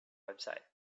website